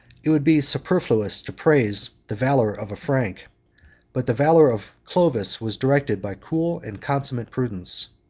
it would be superfluous to praise the valor of a frank but the valor of clovis was directed by cool and consummate prudence.